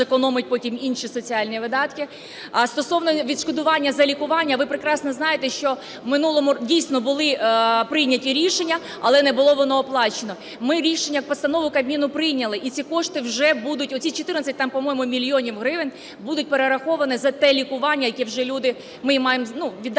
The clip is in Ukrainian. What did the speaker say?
зекономить потім інші соціальні видатки. Стосовно відшкодування за лікування. Ви прекрасно знаєте, що в минулому, дійсно, були прийняті рішення, але не було воно оплачено. Ми рішення, постанову Кабміну прийняли, і ці кошти вже будуть, оці 14 там, по-моєму, мільйонів гривень будуть перераховані за те лікування, яке вже люди... ми маємо віддати